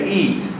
eat